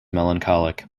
melancholic